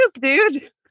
dude